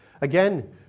Again